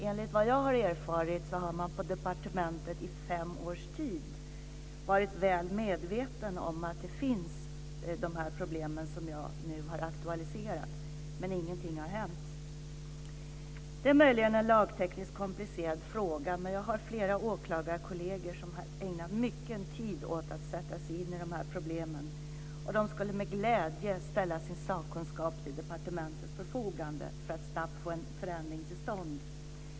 Enligt vad jag har erfarit har man på departementet i fem års tid varit väl medveten om att de problem finns som jag nu har aktualiserat, men ingenting har hänt. Det är möjligen en lagtekniskt komplicerad fråga, men jag har flera åklagarkolleger som har ägnat mycken tid åt att sätta sig in i dessa problem. De skulle med glädje ställa sin sakkunskap till departementets förfogande för att få en förändring till stånd.